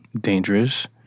dangerous